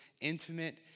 intimate